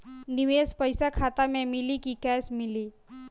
निवेश पइसा खाता में मिली कि कैश मिली?